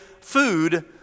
food